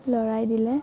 লৰাই দিলে